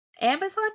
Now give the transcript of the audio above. Amazon